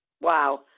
Wow